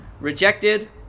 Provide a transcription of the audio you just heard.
rejected